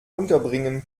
unterbringen